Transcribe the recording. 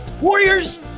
Warriors